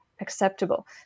acceptable